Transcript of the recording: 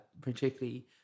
particularly